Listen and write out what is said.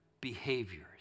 behaviors